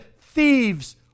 thieves